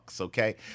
okay